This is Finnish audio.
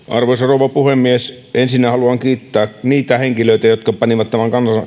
arvoisa rouva puhemies ensinnä haluan kiittää niitä henkilöitä jotka panivat tämän